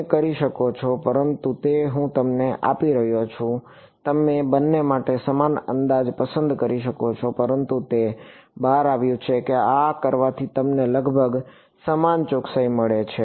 તમે કરી શકો છો પરંતુ તે હું તમને આપી રહ્યો છું તમે બંને માટે સમાન અંદાજ પસંદ કરી શકો છો પરંતુ તે બહાર આવ્યું છે કે આ કરવાથી તમને લગભગ સમાન ચોકસાઈ મળે છે